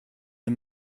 des